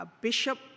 bishop